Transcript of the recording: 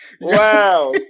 wow